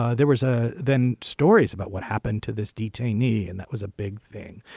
ah there was a then stories about what happened to this detainee. and that was a big thing.